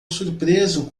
surpreso